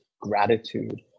gratitude